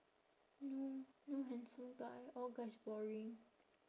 no no handsome guy all guys boring